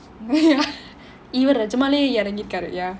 even though the malay yet and you'd get yeah